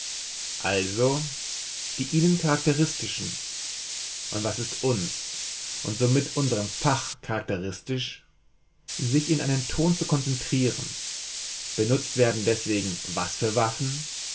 also die ihnen charakteristischen und was ist uns und somit unserem fach charakteristisch sich in einem ton zu konzentrieren benutzt werden deswegen was für waffen